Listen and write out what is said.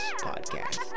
Podcast